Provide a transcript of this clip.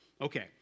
Okay